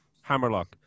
hammerlock